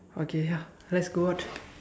okay ya let's go out